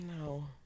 No